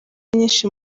nyinshi